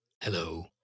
Hello